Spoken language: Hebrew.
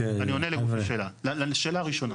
אני עונה לגוף השאלה, לשאלה הראשונה.